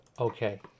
Okay